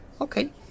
Okay